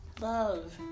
love